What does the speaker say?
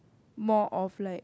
more of like